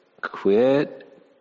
quit